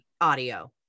audio